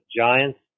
Giants